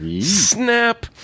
Snap